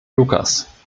lucas